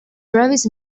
travis